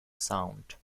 sound